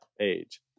age